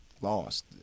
lost